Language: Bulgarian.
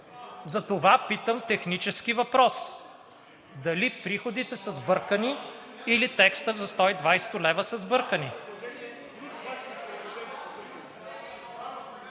Затова питам технически въпрос: дали приходите са сбъркани, или текстовете за 120 лв. са сбъркани?